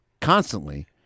constantly